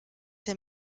der